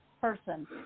person